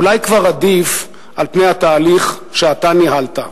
אולי זה כבר עדיף על פני התהליך שאתה ניהלת.